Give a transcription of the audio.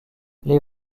les